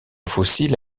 fossile